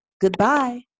Goodbye